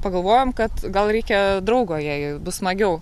pagalvojom kad gal reikia draugo jai bus smagiau